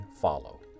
follow